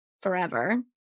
forever